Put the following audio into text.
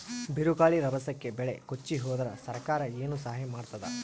ಬಿರುಗಾಳಿ ರಭಸಕ್ಕೆ ಬೆಳೆ ಕೊಚ್ಚಿಹೋದರ ಸರಕಾರ ಏನು ಸಹಾಯ ಮಾಡತ್ತದ?